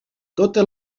totes